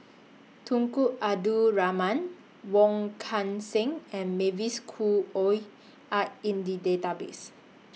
Tunku Abdul Rahman Wong Kan Seng and Mavis Khoo Oei Are in The Database